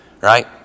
right